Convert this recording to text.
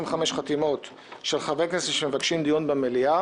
חתימות של חברי כנסת שמבקשים דיון במליאה,